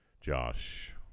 Josh